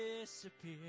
disappear